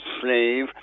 slave